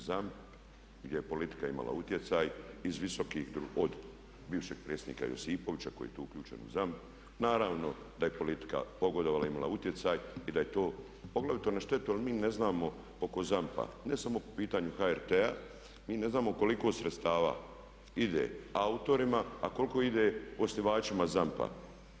ZAMP je politika imala utjecaj iz visokih od bivšeg predsjednika Josipovića koji je tu uključen u ZAMP, naravno da je politika pogodovala da je imala utjecaj i da je to poglavito na štetu jer mi ne znamo oko ZAMP-a ne samo po pitanju HRT-a, mi ne znamo koliko sredstva ide autorima a koliko ide osnivačima ZAMP-a.